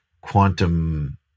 quantum